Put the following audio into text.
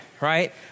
Right